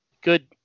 Good